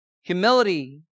Humility